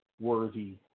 worthy